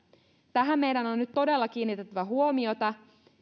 tähän meidän on nyt todella kiinnitettävä huomiota